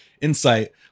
Insight